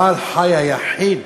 בעל-החיים היחיד